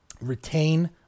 retain